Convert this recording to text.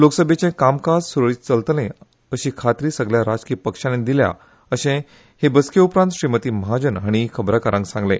लोकसभेचे कामकाज सुरळित चलतले अशी खात्री सगल्या राजकीय पक्षानी दिल्या अशे ह्या बसके उपरांत श्रीमती महाजन हाणी खबराकारांक सांगले